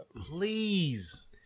please